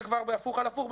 זה כבר הפוך על הפוך,